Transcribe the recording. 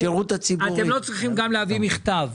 אתם לא צריכים גם להביא מכתב.